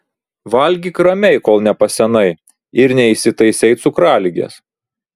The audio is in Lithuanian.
valgyk ramiai kol nepasenai ir neįsitaisei cukraligės